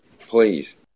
please